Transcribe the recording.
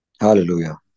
Hallelujah